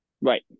right